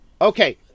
Okay